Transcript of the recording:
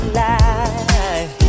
life